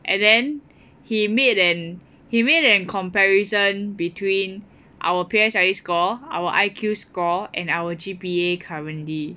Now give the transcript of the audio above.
and then he made an he made an comparison between our P_S_L_E score our I_Q score and our G_P_A currently